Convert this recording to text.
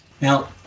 now